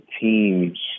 teams